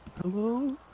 Hello